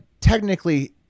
technically